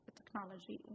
technology